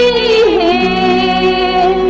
a